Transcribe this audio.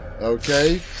Okay